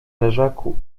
leżaku